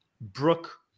Brooke